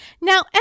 Now